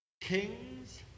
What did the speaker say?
kings